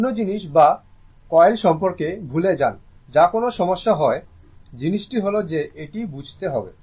অন্য জিনিস বা স্কেল সম্পর্কে ভুলে যান তা কোনও সমস্যা নয় জিনিসটি হল যে এটি বুঝতে হবে